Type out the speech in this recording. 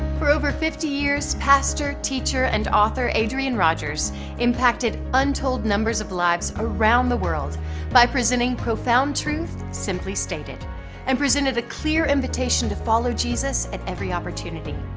for over fifty years, pastor, teacher and author adrian rogers impacted untold numbers of lives around the world by presenting profound truth, simply stated and presented a clear invitation to follow jesus at every opportunity.